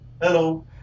Hello